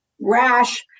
rash